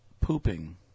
pooping